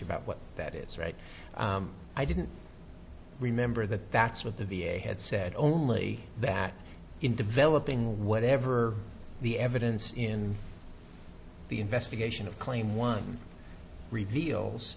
about what that is right i didn't remember that that's what the v a had said only that in developing whatever the evidence in the investigation of claim one reveals